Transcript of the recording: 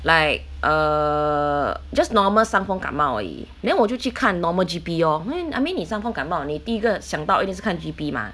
like err just normal 伤风感冒而已 then 我就去看 normal G_P lor when I mean 你伤风感冒你第一个想到一定是看 G_P 吗